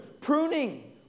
Pruning